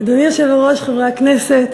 אדוני היושב-ראש, חברי הכנסת,